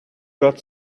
got